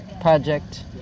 project